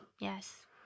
Yes